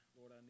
Lord